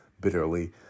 bitterly